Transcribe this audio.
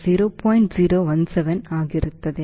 017 ಆಗಿರುತ್ತದೆ